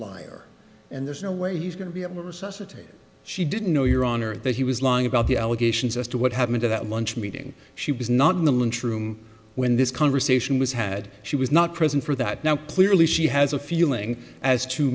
liar and there's no way he's going to be able to resuscitate her she didn't know your honor that he was lying about the allegations as to what happened at that lunch meeting she was not in the lunch room when this conversation was had she was not present for that now clearly she has a feeling as to